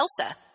Elsa